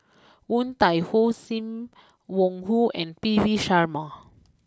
Woon Tai Ho Sim Wong Hoo and P V Sharma